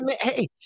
Hey